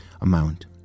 amount